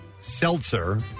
seltzer